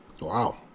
wow